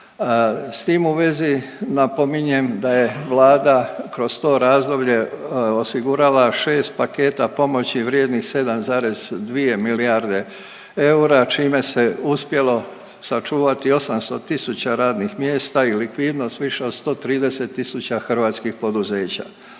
S tim u vezi, napominjem da je Vlada kroz to razdoblje osigurala 6 paketa pomoći vrijednih 7,2 milijarde eura, čime se uspjelo sačuvati 800 tisuća radnih mjesta i likvidnost više od 130 tisuća hrvatskih poduzeća.